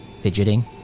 fidgeting